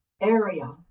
area